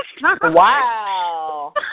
Wow